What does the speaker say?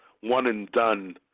one-and-done